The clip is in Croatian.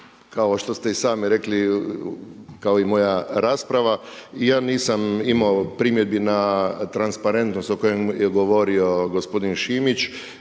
kao što ste i sami rekli kao i moja rasprava. I ja nisam imao primjedbi na transparentnost o kojem je govorio gospodin Šimić.